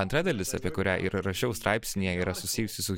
antra dalis apie kurią ir rašiau straipsnyje yra susijusi su